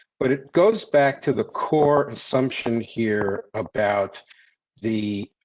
but it goes back to the core assumption here about the,